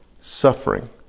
suffering